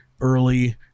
early